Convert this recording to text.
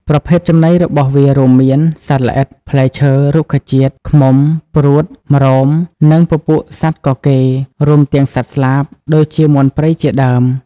ប្រភេទចំណីរបស់វារួមមាន សត្វល្អិត ផ្លែឈើ រុក្ខជាតិ ឃ្មុំ ព្រួត ម្រោម និងពពួកសត្វកកេរ ព្រមទាំងសត្វស្លាប ដូចជាមាន់ព្រៃជាដើម។